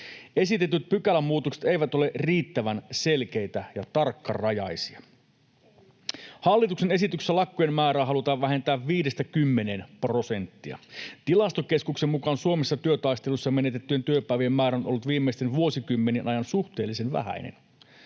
Esitetyt pykälämuutokset eivät ole riittävän selkeitä ja tarkkarajaisia. Hallituksen esityksessä lakkojen määrää halutaan vähentää 5—10 prosenttia. Tilastokeskuksen mukaan Suomessa työtaisteluissa menetettyjen työpäivien määrä on ollut viimeisten vuosikymmenten ajan suhteellisen vähäinen.